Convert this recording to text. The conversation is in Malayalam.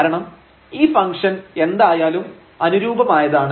കാരണം ഈ ഫംഗ്ഷൻ എന്തായാലും അനുരൂപമായതാണ്